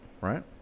Right